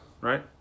Right